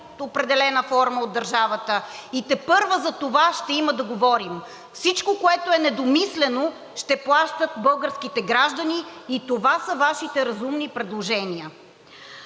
определена форма от държавата, и тепърва за това ще има да говорим. За всичко, което е недомислено, ще плащат българските граждани. И това са Вашите разумни предложения.